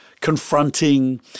Confronting